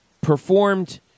performed